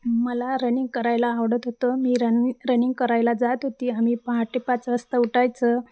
मला रनिंग करायला आवडत होतं मी रन रनिंग करायला जात होती आम्ही पाहाटे पाच वाजता उठायचं